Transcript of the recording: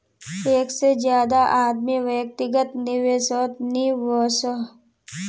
एक से ज्यादा आदमी व्यक्तिगत निवेसोत नि वोसोह